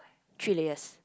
three layers